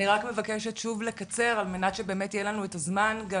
אני רק מבקשת שוב לקצר על מנת שבאמת יהיה לנו את הזמן גם